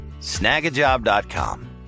Snagajob.com